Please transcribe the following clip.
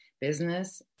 business